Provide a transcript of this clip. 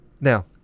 Now